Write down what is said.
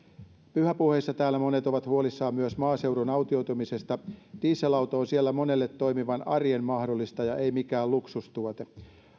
pyhäpuheissa täällä monet ovat huolissaan myös maaseudun autioitumisesta dieselauto on siellä monelle toimivan arjen mahdollistaja ei mikään luksustuote